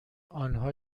آنها